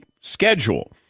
schedule